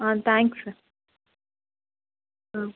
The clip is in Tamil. ஆ தேங்க்ஸ் சார் ஆ